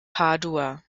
padua